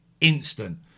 Instant